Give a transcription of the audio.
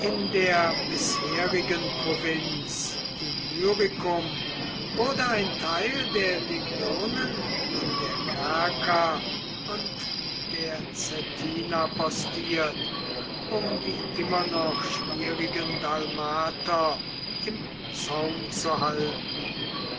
der bisherigen provinz illyricum wurde ein teil der legionen an der kerka und der cettina postiert um die immer noch schwierigen dalmater im zaum zu halten